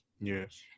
Yes